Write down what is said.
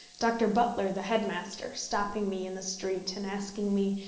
dr. butler, the head-master, stopping me in the street, and asking me,